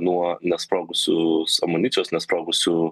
nuo nesprogusios amunicijos nesprogusių